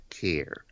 care